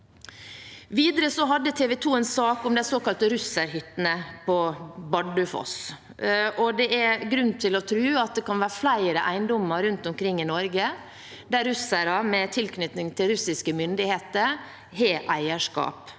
Videre hadde TV 2 en sak om de såkalte russerhyttene på Bardufoss, og det er grunn til å tro at det kan være flere eiendommer rundt omkring i Norge der russere med tilknytning til russiske myndigheter har eierskap.